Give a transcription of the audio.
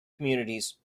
communities